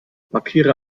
markiere